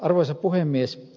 arvoisa puhemies